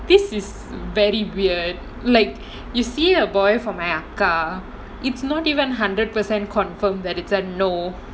this is very weird like you see a boy for my அவன்:avan it's not even hundred percent confirm that it's a no